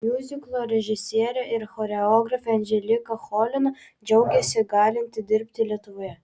miuziklo režisierė ir choreografė anželika cholina džiaugėsi galinti dirbti lietuvoje